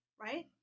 right